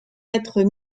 être